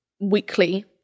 weekly